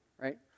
right